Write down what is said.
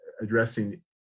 addressing